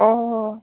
অঁ